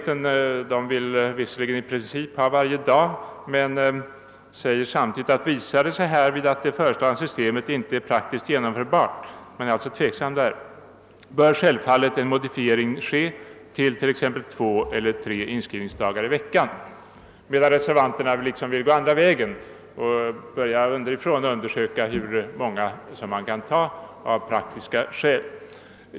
Den senare vill i princip ha inskrivning varje dag men säger samtidigt att om det föreslagna systemet inte visar sig praktiskt genomförbart — man är alltså något tveksam därvidlag — bör självfallet en ändring ske till t.ex. två eller tre inskrivningsdagar i veckan. Reservanterna vill gå den andra vägen och börja underifrån, d. v. s. undersöka hur många inskrivningsdagar man av praktiska skäl kan ha.